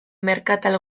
merkatal